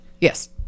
Yes